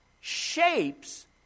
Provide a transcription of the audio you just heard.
shapes